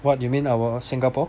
what do you mean our singapore